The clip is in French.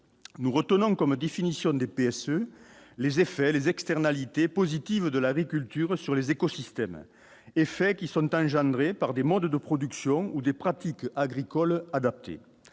nous retenons comme définition du PSU, les effets des externalités positives de l'aviculture sur les écosystèmes, effets qui sont engendrés par des modes de production ou des pratiques agricoles adaptées